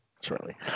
shortly